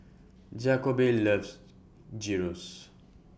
Jakobe loves Gyros